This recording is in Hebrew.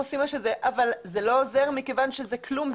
אבל זה לא עוזר מכיוון שזה כלום,